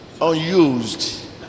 Unused